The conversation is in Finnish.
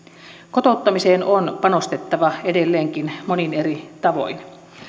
kotouttamiseen on panostettava edelleenkin monin eri tavoin